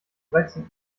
dreizehn